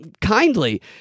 kindly